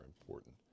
important